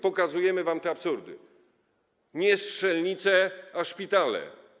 Pokazujemy wam te absurdy: nie strzelnice, ale szpitale.